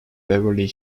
beverly